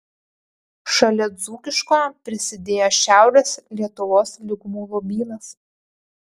šalia dzūkiško prisidėjo šiaurės lietuvos lygumų lobynas